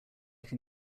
can